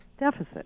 Deficit